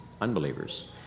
unbelievers